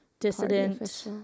dissident